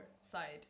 side